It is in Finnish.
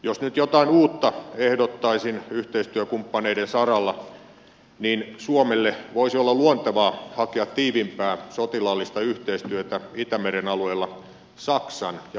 jos nyt jotain uutta ehdottaisin yhteistyökumppaneiden saralla niin suomelle voisi olla luontevaa hakea tiiviimpää sotilaallista yhteistyötä itämeren alueella saksan ja puolan kanssa